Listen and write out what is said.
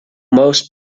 most